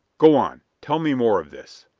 go on tell me more of this.